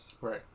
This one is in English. Right